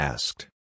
Asked